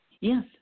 Yes